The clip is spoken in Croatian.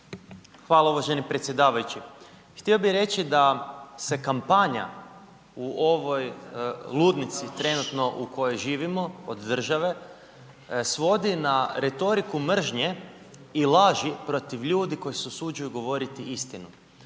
Hvala uvaženi predsjedavajući. Htio bih reći da se kampanja u ovoj ludnici trenutno u kojoj živimo od države svodi na retoriku mržnje i laži protiv ljudi koji se usuđuju govoriti istinu.